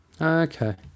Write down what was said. Okay